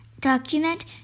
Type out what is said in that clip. document